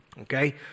Okay